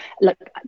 look